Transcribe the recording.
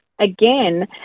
again